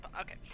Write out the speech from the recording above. okay